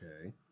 Okay